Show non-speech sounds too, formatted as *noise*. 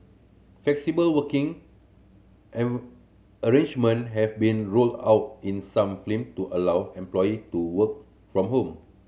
flexible working *unintelligible* arrangement have been rolled out in some *unintelligible* to allow employee to work from home